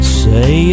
say